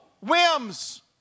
whims